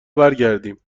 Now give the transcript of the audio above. برگردیم